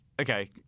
Okay